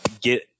get